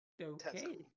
okay